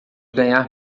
ganhar